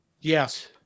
Yes